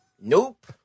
Nope